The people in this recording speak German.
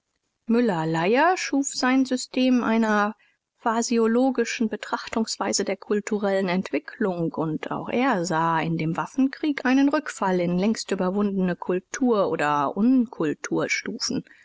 müller-lyer schuf sein system einer phaseologischen betrachtungsweise der kulturellen entwicklung u auch er sah in dem waffenkrieg einen rückfall in längst überwundene kultur oder